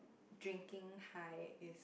drinking high is